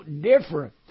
different